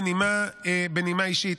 בנימה אישית,